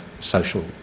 social